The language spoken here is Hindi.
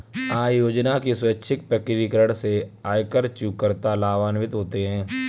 आय योजना के स्वैच्छिक प्रकटीकरण से आयकर चूककर्ता लाभान्वित होते हैं